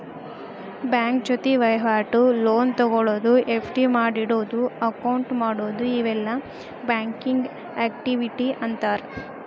bank ಜೊತಿ ವಹಿವಾಟು, loan ತೊಗೊಳೋದು, ಎಫ್.ಡಿ ಮಾಡಿಡೊದು, ಅಕೌಂಟ್ ಮಾಡೊದು ಇವೆಲ್ಲಾ ಬ್ಯಾಂಕಿಂಗ್ ಆಕ್ಟಿವಿಟಿ ಅಂತಾರ